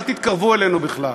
אל תתקרבו אלינו בכלל.